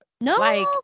no